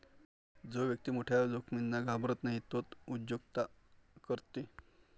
जो व्यक्ती मोठ्या जोखमींना घाबरत नाही तोच उद्योजकता करते